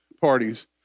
parties